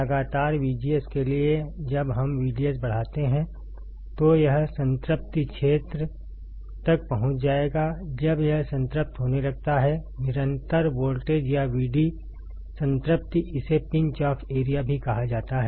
लगातार VGS के लिए जब हम VDS बढ़ाते हैं तो यह संतृप्ति क्षेत्र तक पहुंच जाएगा जब यह संतृप्त होने लगता है निरंतर वोल्टेज या VD संतृप्ति इसे पिंच ऑफ एरिया भी कहा जाता है